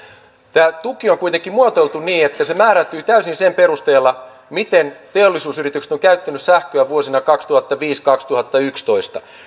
tämä tuki on kuitenkin muotoiltu niin että se määräytyy täysin sen perusteella miten teollisuusyritykset ovat käyttäneet sähköä vuosina kaksituhattaviisi viiva kaksituhattayksitoista